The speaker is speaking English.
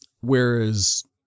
whereas